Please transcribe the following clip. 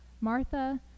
Martha